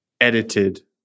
edited